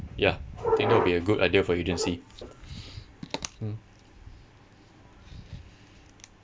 ya think that will be a good idea for your agency mm